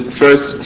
first